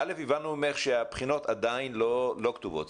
הבנו ממך שהבחינות עדיין לא כתובות,